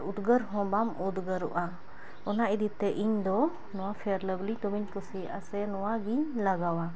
ᱩᱫᱽᱜᱟᱹᱨᱦᱚᱸ ᱵᱟᱢ ᱩᱫᱽᱜᱟᱹᱨᱚᱜᱼᱟ ᱚᱱᱟ ᱤᱫᱤᱛᱮ ᱤᱧᱫᱚ ᱱᱚᱣᱟ ᱯᱷᱮᱭᱟᱨ ᱞᱟᱵᱷᱞᱤ ᱫᱚᱢᱮᱧ ᱠᱩᱥᱤᱭᱟᱜᱼᱟ ᱥᱮ ᱱᱚᱣᱟᱜᱮᱧ ᱞᱟᱜᱟᱣᱟ